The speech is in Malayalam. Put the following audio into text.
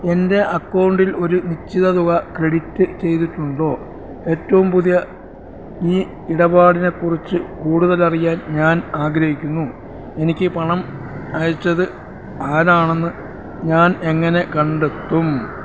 എന്റെ അക്കൗണ്ടിൽ ഒരു നിശ്ചിത തുക ക്രെഡിറ്റ് ചെയ്തിട്ടുണ്ടോ ഏറ്റവും പുതിയ ഈ ഇടപാടിനെക്കുറിച്ച് കൂടുതലറിയാൻ ഞാൻ ആഗ്രഹിക്കുന്നു എനിക്ക് പണമയച്ചത് ആരാണെന്ന് ഞാനെങ്ങനെ കണ്ടെത്തും